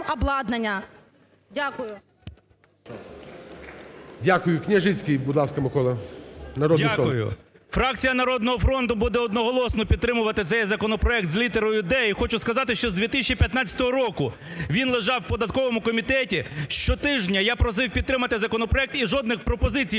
народний депутат. 13:23:55 КНЯЖИЦЬКИЙ М.Л. Дякую. Фракція "Народного фронту" буде одноголосно підтримувати цей законопроект з літерою "д". І хочу сказати, що з 2015 року він лежав в податковому комітеті. Щотижня я просив підтримати законопроект, і жодних пропозицій,